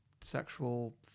sexual